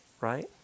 right